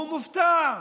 הוא מופתע,